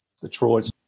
Detroit